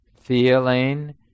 feeling